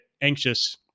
anxious